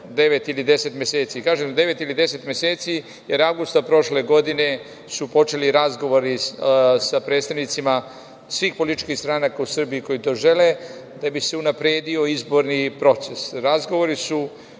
ili deset meseci. Kažem, devet ili deset meseci, jer avgusta prošle godine su počeli razgovori sa predstavnicima svih političkih stranaka u Srbiji koji to žele, da bi se unapredio izborni proces.